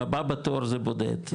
אם הבא בתור זה בודד,